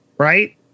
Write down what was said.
Right